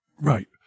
Right